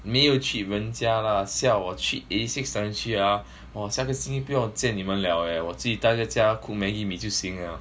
没有 treat 人家 lah siao 我 treat eighty six times three ah 我下个星期不要见你们了我自己呆在家 cook maggi mee 就行了